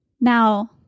Now